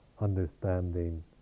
understanding